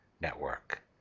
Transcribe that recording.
Network